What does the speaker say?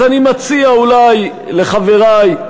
אז אני מציע, אולי, לחברי,